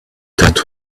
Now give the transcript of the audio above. that